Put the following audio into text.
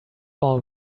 all